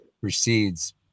precedes